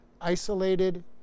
isolated